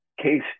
Case